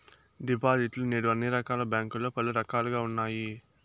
డిపాజిట్లు నేడు అన్ని రకాల బ్యాంకుల్లో పలు రకాలుగా ఉన్నాయి